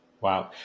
Wow